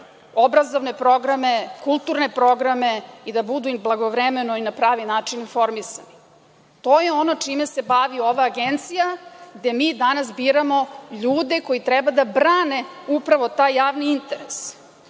obrazovne programe, kulturne programe i da budu i blagovremeno i na pravi način informisani? To je ono čime se bavi ova agencija gde mi danas biramo ljude koji treba da brane upravo taj javni interes.